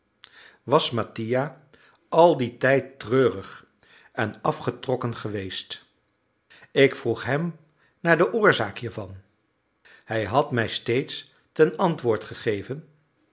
was mattia al dien tijd treurig en afgetrokken geweest ik vroeg hem naar de oorzaak hiervan hij had mij steeds ten antwoord gegeven